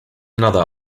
another